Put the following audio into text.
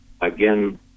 again